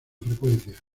frecuencia